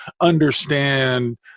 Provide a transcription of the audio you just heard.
understand